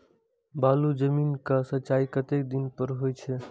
बालू जमीन क सीचाई कतेक दिन पर हो छे?